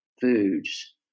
foods